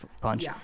punch